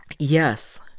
yes,